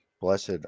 Blessed